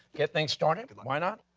get things started? why not?